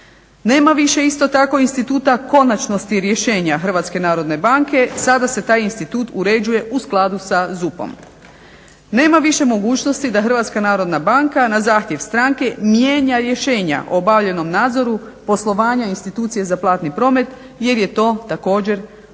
Nema više isto tako instituta konačnosti rješenja Hrvatske narodne banke. Sada se taj institut uređuje u skladu sa ZUP-om. Nema više mogućnosti da Hrvatska narodna banka na zahtjev stranke mijenja rješenja o obavljenom nadzoru poslovanja institucije za platni promet jer je to također bilo